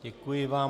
Děkuji vám.